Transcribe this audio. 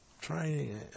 trying